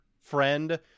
friend